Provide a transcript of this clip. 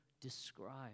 describe